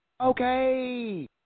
Okay